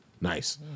Nice